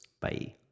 Bye